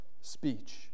speech